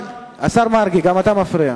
השר מרגי, גם אתה מפריע.